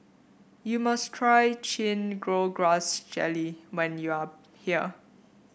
you must try Chin Chow Grass Jelly when you are here